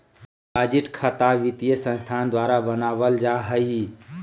deposit खता वित्तीय संस्थान द्वारा बनावल जा हइ